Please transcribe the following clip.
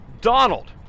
Donald